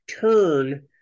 turn